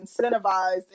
incentivized